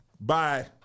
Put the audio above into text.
Bye